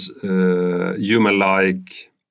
human-like